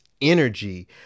energy